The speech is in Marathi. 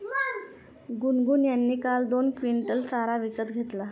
गुनगुन यांनी काल दोन क्विंटल चारा विकत घेतला